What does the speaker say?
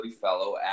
fellow